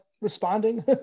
responding